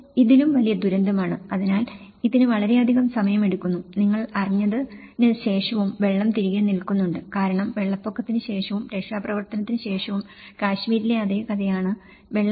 അത് ഇതിലും വലിയ ദുരന്തമാണ് അതിനാൽ ഇതിന് വളരെയധികം സമയമെടുക്കുന്നു നിങ്ങൾ അറിഞ്ഞതിന് ശേഷവും വെള്ളം തിരികെ നിൽക്കുന്നുണ്ട് കാരണം വെള്ളപ്പൊക്കത്തിന് ശേഷവും രക്ഷാപ്രവർത്തനത്തിന് ശേഷവും കശ്മീരിലെ അതേ കഥയാണ് വെള്ളം